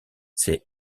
c’est